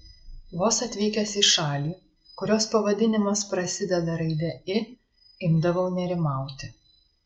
vos atvykęs į šalį kurios pavadinimas prasideda raide i imdavau nerimauti